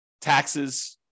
taxes